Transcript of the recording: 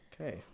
Okay